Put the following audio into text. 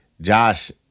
Josh